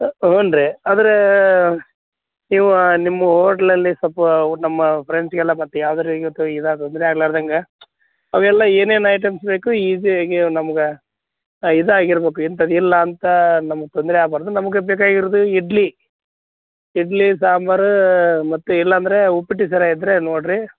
ಹ್ಞೂ ರೀ ಆದರೆ ನೀವು ನಿಮ್ಮ ಓಟ್ಲಲ್ಲಿ ಸೊಲ್ಪ ನಮ್ಮ ಫ್ರೆಂಡ್ಸ್ಗೆಲ್ಲ ಮತ್ತು ಯಾವ್ದೇ ರಿ ಇದು ತೊಂದರೆ ಆಗಲಾರ್ದಂಗ ಅವೆಲ್ಲ ಏನೇನು ಐಟಮ್ಸ್ ಬೇಕು ಈಝಿಯಾಗಿಯೂ ನಮ್ಗೆ ಇದಾಗಿರ್ಬೇಕು ಇಂಥದ್ದು ಇಲ್ಲ ಅಂತ ನಮ್ಗೆ ತೊಂದರೆ ಆಗಬಾರ್ದು ನಮಗೆ ಬೇಕಾಗಿರುವುದು ಇಡ್ಲಿ ಇಡ್ಲಿ ಸಾಂಬಾರು ಮತ್ತು ಇಲ್ಲಾಂದರೆ ಉಪ್ಪಿಟ್ಟು ಶೀರಾ ಇದ್ದರೆ ನೋಡಿರಿ